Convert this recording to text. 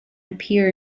appear